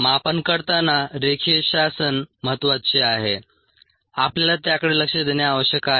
मापन करताना रेखीय शासन महत्वाचे आहे आपल्याला त्याकडे लक्ष देणे आवश्यक आहे